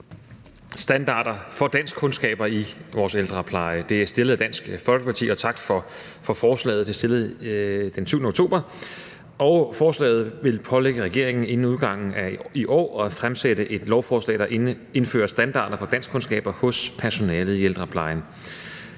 kvalitetsstandarder for danskkundskaber i vores ældrepleje; det er fremsat af Dansk Folkeparti den 7. oktober, og tak for forslaget. Forslaget vil pålægge regeringen inden udgangen af i år at fremsætte et lovforslag, der indfører standarder for danskkundskaber hos personalet i ældreplejen.